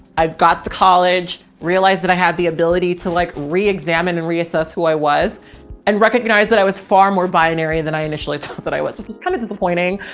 i've got the college realized that i had the ability to like re-examine and reassess who i was and recognize that i was far more binary than i initially thought that i was with. it's kind of disappointing,